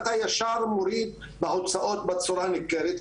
מורידים ישר בהוצאות בצורה ניכרת,